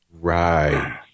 Right